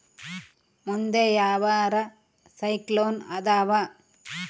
ಮುಂದೆ ಯಾವರ ಸೈಕ್ಲೋನ್ ಅದಾವ?